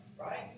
Right